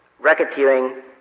racketeering